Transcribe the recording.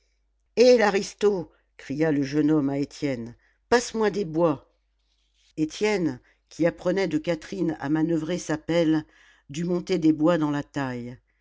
eh l'aristo cria le jeune homme à étienne passe-moi des bois étienne qui apprenait de catherine à manoeuvrer sa pelle dut monter des bois dans la taille